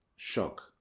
shock